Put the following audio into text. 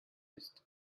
ist